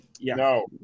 No